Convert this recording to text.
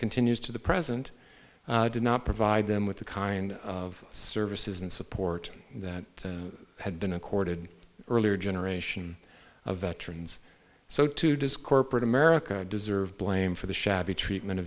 continues to the present did not provide them with the kind of services and support that had been accorded earlier generation of veterans so too does corporate america deserve blame for the shabby treatment of